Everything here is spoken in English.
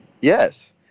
Yes